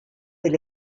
del